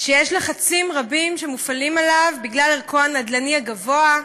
שמופעלים לגביו לחצים רבים בגלל ערכו הנד"לני הגבוה.